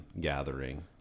gathering